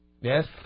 Yes